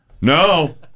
No